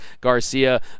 Garcia